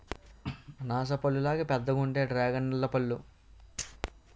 అనాస పల్లులాగా పెద్దగుంతాయి డ్రేగన్పల్లు పళ్ళు